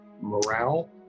morale